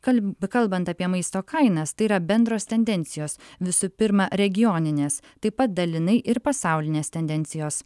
kal kalbant apie maisto kainas tai yra bendros tendencijos visų pirma regioninės taip pat dalinai ir pasaulinės tendencijos